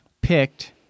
picked